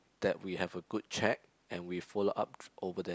that we have a good chat and we follow up over there